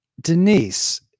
Denise